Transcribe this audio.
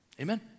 Amen